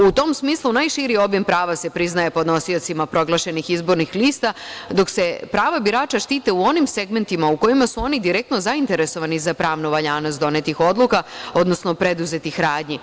U tom smislu, najširi obim prava se priznaje podnosiocima proglašenih izbornih lista, dok se prava birača štite u onim segmentima u kojima su oni direktno zainteresovani za pravnu valjanost donetih odluka, odnosno preduzetih radnji.